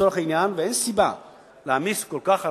לצורך העניין, ואין סיבה להעמיס הוצאה כל כך רבה,